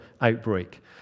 outbreak